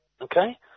okay